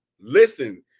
listen